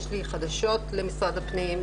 יש לי חדשות למשרד הפנים,